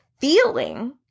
feeling